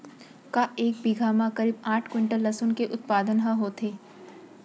का एक बीघा म करीब आठ क्विंटल लहसुन के उत्पादन ह होथे?